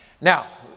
Now